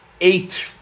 eight